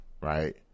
Right